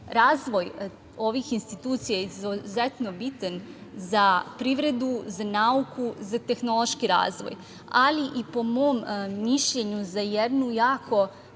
Razvoj ovih institucija je izuzetno bitan za privredu, za nauku, za tehnološki razvoj, ali i po mom mišljenju za jednu jako